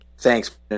Thanks